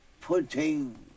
putting